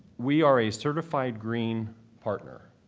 we are a certified green partner.